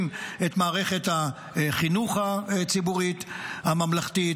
את מערכת החינוך הציבורית-הממלכתית,